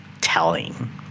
telling